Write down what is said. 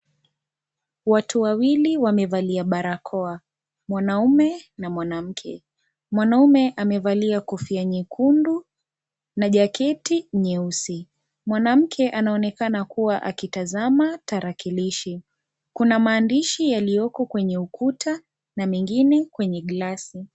Watu wawili wamevalia barakoa. Mwanaume na mwanamke. Mwanaume amevalia kofia nyekundu na jaketi nyeusi. Mwanamke anaonekana kuwa akitazama tarakilishi. Kuna maandishi yaliyoko kwenye ukuta na mengine kwenye glasi.